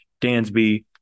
Dansby